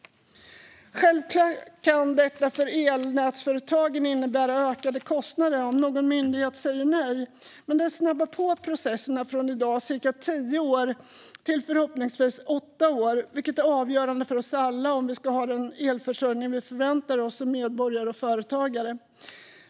Självklart kan det innebära ökade kostnader för elnätsföretagen om någon myndighet säger nej. Men det snabbar på processerna från i dag cirka tio år till förhoppningsvis åtta år, vilket är avgörande för oss alla om vi ska ha den elförsörjning vi förväntar oss som medborgare och företagare.